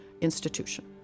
institution